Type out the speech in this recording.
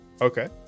Okay